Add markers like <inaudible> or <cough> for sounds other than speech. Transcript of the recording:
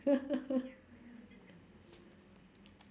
<laughs>